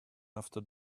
after